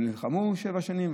הם נלחמו שבע שנים,